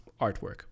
artwork